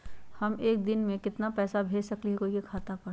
हम एक दिन में केतना पैसा भेज सकली ह कोई के खाता पर?